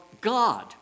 God